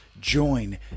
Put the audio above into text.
Join